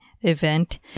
event